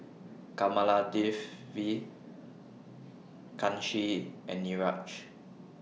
Kamaladevi Kanshi and Niraj